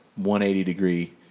180-degree